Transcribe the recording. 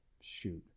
Shoot